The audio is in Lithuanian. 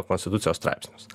konstitucijos straipsnius